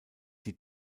die